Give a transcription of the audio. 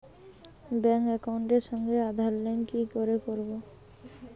Bank একাউন্টের সঙ্গে Aadhaar link কি করে করবো?